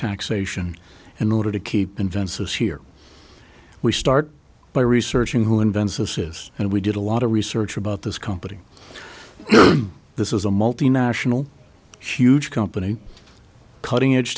taxation in order to keep invensys here we start by researching who invents this is and we did a lot of research about this company this is a multinational huge company cutting edge